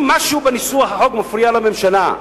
אם משהו בניסוח החוק מפריע לממשלה,